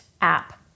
app